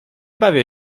bawię